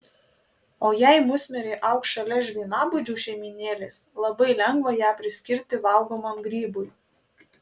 o jei musmirė augs šalia žvynabudžių šeimynėlės labai lengva ją priskirti valgomam grybui